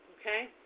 okay